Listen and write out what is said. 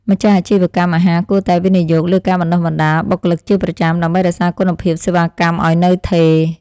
ម្ចាស់អាជីវកម្មអាហារគួរតែវិនិយោគលើការបណ្តុះបណ្តាលបុគ្គលិកជាប្រចាំ ដើម្បីរក្សាគុណភាពសេវាកម្មឱ្យនៅថេរ។